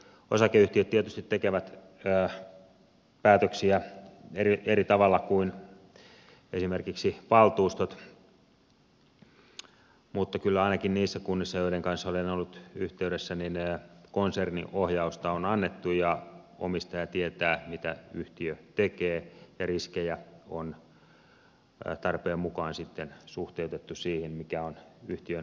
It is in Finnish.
osakeyhtiöt tietysti tekevät päätöksiä eri tavalla kuin esimerkiksi valtuustot mutta kyllä ainakin niissä kunnissa joiden kanssa olen ollut yhteydessä konserniohjausta on annettu ja omistaja tietää mitä yhtiö tekee ja riskejä on tarpeen mukaan sitten suhteutettu siihen mikä on yhtiön kantokyky